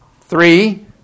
three